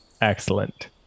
excellent